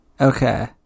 okay